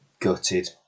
Gutted